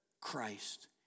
Christ